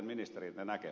arvoisa puhemies